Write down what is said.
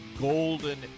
golden